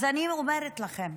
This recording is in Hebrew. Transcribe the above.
אז אני אומרת לכם,